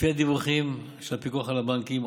לפי הדיווחים של הפיקוח על הבנקים,